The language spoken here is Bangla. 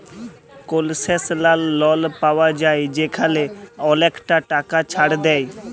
কলসেশলাল লল পাউয়া যায় যেখালে অলেকটা টাকা ছাড় দেয়